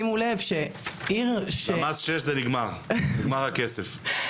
בלמ"ס 6 נגמר הכסף.